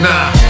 Nah